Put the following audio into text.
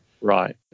right